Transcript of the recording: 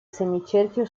semicerchio